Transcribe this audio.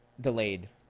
delayed